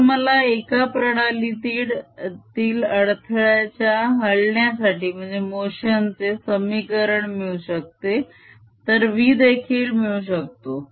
जर मला एका प्रणालीतील अडथळ्याच्या हलण्यासाठीचे समीकरण मिळू शकते तर v देखील मिळू शकतो